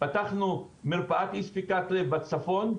פתחנו מרפאת אי ספיקת לב בצפון,